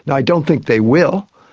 and i don't think they will,